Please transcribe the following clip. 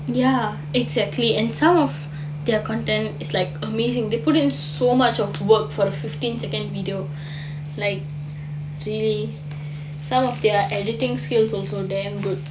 ya exactly and some of their content is like amazing they put in so much of work for a fifteen second video like really some of their editing skills also damn good